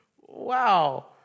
Wow